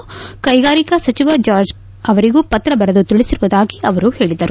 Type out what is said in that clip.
ಜೊತೆಗೆ ಕೈಗಾರಿಕಾ ಸಚಿವ ಜಾರ್ಜ್ ಅವರಿಗೂ ಪತ್ರ ಬರೆದು ತಿಳಿಸಿರುವುದಾಗಿ ಅವರು ಹೇಳಿದರು